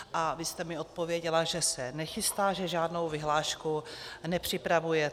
Vy jste mi odpověděla, že se nechystá, že žádnou vyhlášku nepřipravujete.